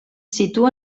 situa